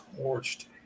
torched